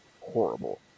horrible